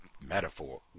metaphor